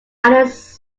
alice